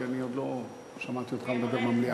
כי אני עוד לא שמעתי אותך מדבר במליאה.